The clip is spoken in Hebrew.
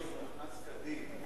נכנס כדין.